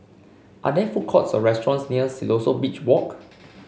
are there food courts or restaurants near Siloso Beach Walk